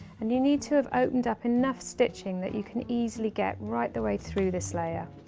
and you need to have opened up enough stitching that you can easily get right the way through this layer.